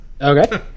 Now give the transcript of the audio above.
Okay